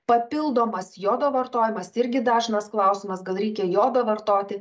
papildomas jodo vartojimas irgi dažnas klausimas gal reikia jodo vartoti